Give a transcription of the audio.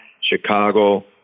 Chicago